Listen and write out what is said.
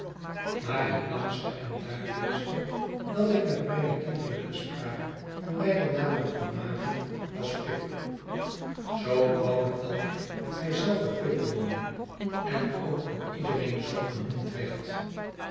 maar het langste en duidelijkste dat ik met mijne kinderlijke spraak van beide namen kon maken was pip zoo kwam het dat ik mij zelven pip noemde en ook door iedereen zoo genoemd werd